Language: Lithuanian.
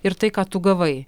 ir tai ką tu gavai